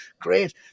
great